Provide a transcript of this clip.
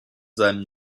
seinem